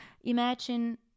imagine